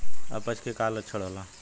अपच के का लक्षण होला?